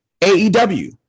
aew